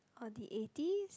or the eighties